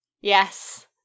Yes